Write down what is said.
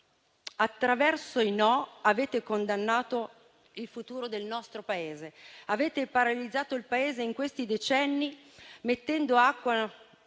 Attraverso i no avete condannato il futuro del nostro Paese; lo avete paralizzato in questi decenni, mettendo acqua